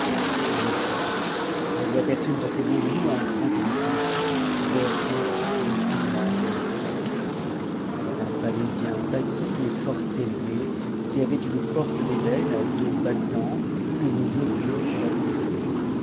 en marchant nous aner çûmes assez loin de nous un grand édifice vers où nous tournâmes nos pas c'était un palais bien bâti et fort élevé qui avait une porte d'ébenea deux battants que nous ouvrîmes en la poussant